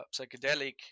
psychedelic